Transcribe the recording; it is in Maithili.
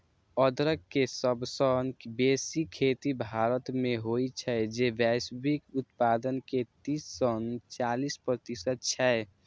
अदरक के सबसं बेसी खेती भारत मे होइ छै, जे वैश्विक उत्पादन के तीस सं चालीस प्रतिशत छै